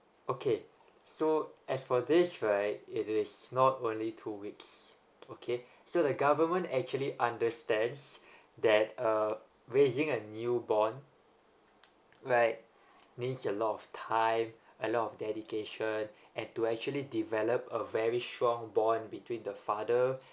okay so as for this right it is not only two weeks okay so the government actually understands that uh raising a new born right needs a lot of time a lot of dedication and to actually develop a very strong bond between the father